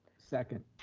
second.